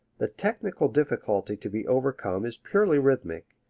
the technical difficulty to be overcome is purely rhythmic,